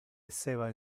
esseva